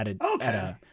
Okay